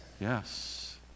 Yes